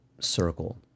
circle